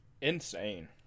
Insane